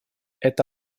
это